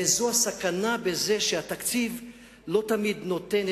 וזו הסכנה בזה שהתקציב לא תמיד נותן,